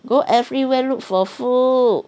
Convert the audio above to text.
go everywhere look for food